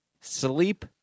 Sleep